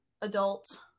adult